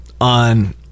on